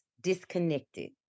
disconnected